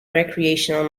recreational